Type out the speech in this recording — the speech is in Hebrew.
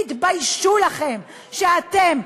תתביישו לכם שאתם,